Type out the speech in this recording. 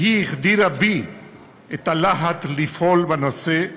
והיא החדירה בי את הלהט לפעול בנושא,